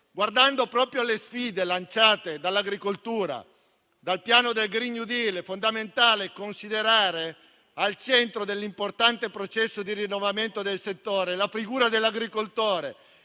Guardando proprio alle sfide lanciate dall'agricoltura e dal piano del *green new deal*, è fondamentale considerare, al centro dell'importante processo di rinnovamento del settore, la figura dell'agricoltore,